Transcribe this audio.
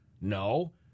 No